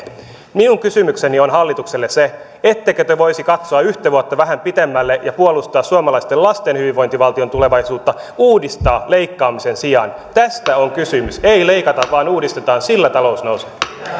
minun kysymykseni on hallitukselle se ettekö te voisi katsoa vähän yhtä vuotta pitemmälle ja puolustaa suomalaisten lasten hyvinvointivaltion tulevaisuutta uudistaa leikkauksen sijaan tästä on kysymys ei leikata vaan uudistetaan sillä talous nousee